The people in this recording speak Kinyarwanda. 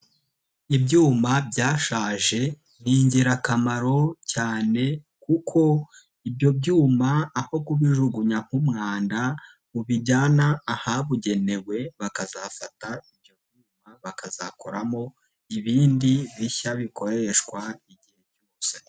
Ibyuma byashaje ni ingirakamaro cyane kuko ibyo byuma aho kubijugunya nk'umwanda ubijyana ahabugenewe bakazafata ibyo byuma bakazakoramo ibindi bishya bikoreshwa igihe cyose.